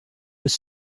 was